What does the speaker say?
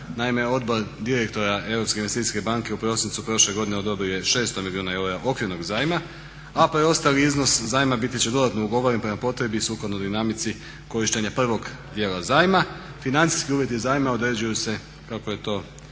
Naime, odbor direktora EIB u prosincu prošle godine odobrio je 600 milijuna eura okvirnog zajma, a preostali iznos zajma biti će dodatno ugovoren prema potrebi sukladno dinamici korištenja prvog dijela zajma. Financijski uvjeti zajma određuju se kako je to